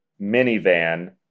minivan